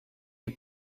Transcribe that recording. die